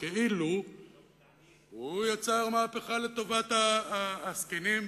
כאילו הוא יצר מהפכה לטובת הזקנים,